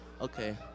Okay